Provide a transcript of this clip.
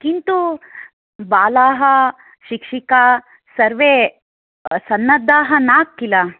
किन्तु बाला शिक्षिका सर्वे सन्नद्धाः न किल